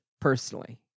personally